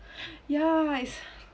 ya it's